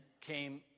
came